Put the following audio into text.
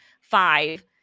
five